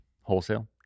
wholesale